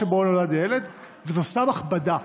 נולד הילד, וזו סתם הכבדה.